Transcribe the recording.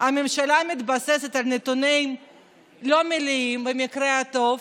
הממשלה לא מתבססת על נתונים מלאים במקרה הטוב,